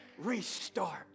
Restart